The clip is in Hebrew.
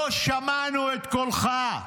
לא שמענו את קולך.